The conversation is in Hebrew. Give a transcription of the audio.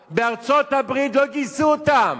בארצות-הברית, לא גייסו אותם,